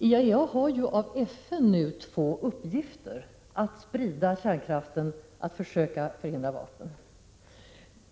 IAEA har av FN fått två uppgifter: att sprida kärnkraften och att försöka förhindra vapenspridning.